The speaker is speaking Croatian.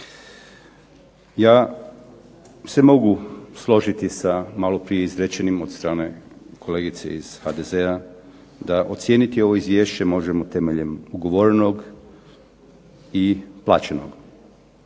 Ja se mogu složiti sa malo prije izrečenim od strane kolegice iz HDZ-a, da ocijeniti ovo izvješće možemo temeljem ugovorenog i plaćenog